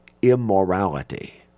immorality